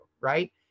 right